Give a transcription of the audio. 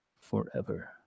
forever